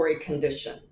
condition